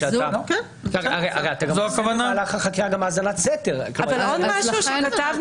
הרי במהלך החקירה יכולה גם להיות האזנת סתר.